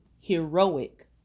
heroic